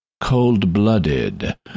cold-blooded